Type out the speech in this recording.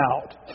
out